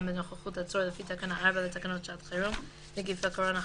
בנוכחות עצור לפי תקנה 4 לתקנות שעת חירום (נגיף הקורונה החדש)